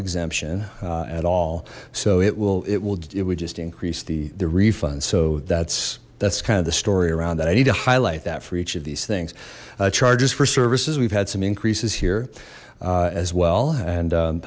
exemption at all so it will it will it would just increase the the refund so that's that's kind of the story around that i need to highlight that for each of these things charges for services we've had some increases here as well and